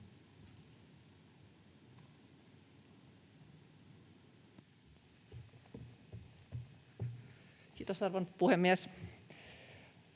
Kiitos, arvoisa puhemies!